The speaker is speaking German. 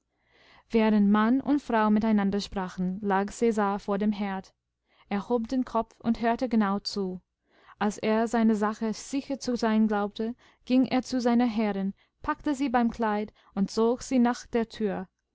während mann und frau miteinander sprachen lag cäsar vor dem herd er hobdenkopfundhörtegenauzu alserseinersachesicherzuseinglaubte ging er zu seiner herrin packte sie beim kleid und zog sie nach der tür